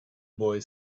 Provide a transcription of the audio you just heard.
boy